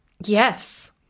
Yes